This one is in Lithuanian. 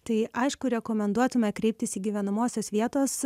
tai aišku rekomenduotumėme kreiptis į gyvenamosios vietos